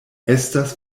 estas